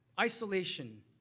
Isolation